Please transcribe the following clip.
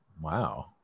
Wow